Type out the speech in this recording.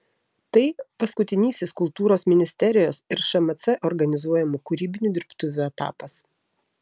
tai paskutinysis kultūros ministerijos ir šmc organizuojamų kūrybinių dirbtuvių etapas